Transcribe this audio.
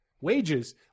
wages